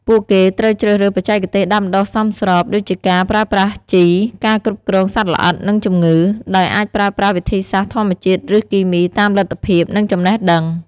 ពួកគេត្រូវជ្រើសរើសបច្ចេកទេសដាំដុះសមស្រប ដូចជាការប្រើប្រាស់ជី ការគ្រប់គ្រងសត្វល្អិត និងជំងឺ ដោយអាចប្រើប្រាស់វិធីសាស្ត្រធម្មជាតិ ឬគីមី តាមលទ្ធភាព និងចំណេះដឹង។